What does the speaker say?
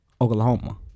Oklahoma